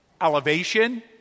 elevation